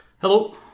Hello